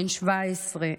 בן 17,